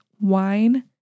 wine